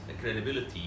credibility